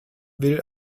will